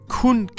kun